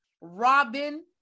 Robin